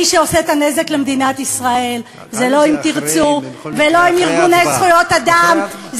מי שעושה את הנזק למדינת ישראל זה לא "אם תרצו" ולא ארגוני זכויות אדם,